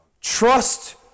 Trust